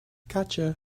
gotcha